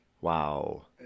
Wow